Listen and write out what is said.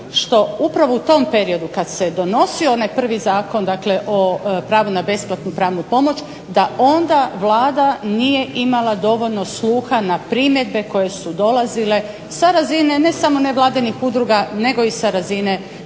što upravo u tom periodu kad se donosio onaj prvi zakon, dakle o pravu na besplatnu pravnu pomoć da onda Vlada nije imala dovoljno sluha na primjedbe koje su dolazile sa razine ne samo nevladinih udruga, nego i sa razine